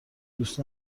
دوست